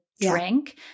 drink